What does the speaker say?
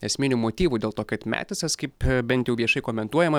esminių motyvų dėl to kad metisas kaip bent jau viešai komentuojama